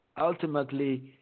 ultimately